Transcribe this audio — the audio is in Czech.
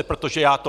Protože já to...